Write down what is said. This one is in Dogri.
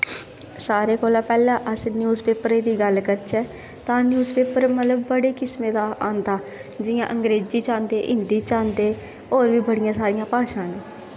सारें कोला पैह्लें अस न्यूज़पेपरै दी गल्ल करचै तां न्युज़पेपर मतलब बड़े किस्में दा आंदा जियां अंग्रेज़ी च आंदे हिंदी च आंदे होर बी बड़ियां सारियां भाशां न